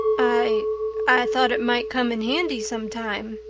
i i thought it might come in handy sometime,